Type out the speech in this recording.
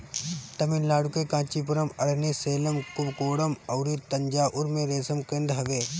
तमिलनाडु के कांचीपुरम, अरनी, सेलम, कुबकोणम अउरी तंजाउर में रेशम केंद्र हवे